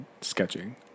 sketching